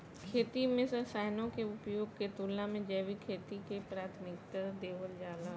खेती में रसायनों के उपयोग के तुलना में जैविक खेती के प्राथमिकता देवल जाला